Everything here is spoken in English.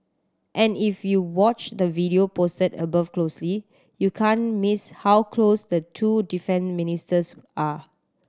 and if you watch the video posted above closely you can't miss how close the two defence ministers are